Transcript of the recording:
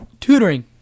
Tutoring